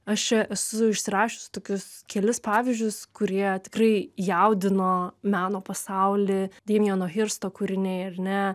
aš čia esu užsirašius tokius kelis pavyzdžius kurie tikrai jaudino meno pasaulį demjano hirsto kūriniai ar ne